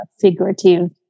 figurative